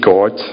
God